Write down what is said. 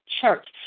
church